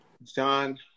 John